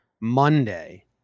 Monday